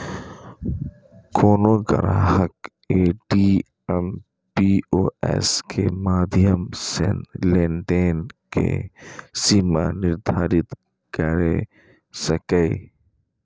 कोनो ग्राहक ATM, POS के माध्यम सं लेनदेन के सीमा निर्धारित कैर सकैए